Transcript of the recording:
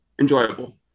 enjoyable